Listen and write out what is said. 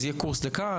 אז יהיה קורס לכאן,